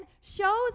shows